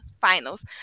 finals